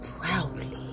proudly